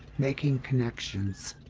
making connections.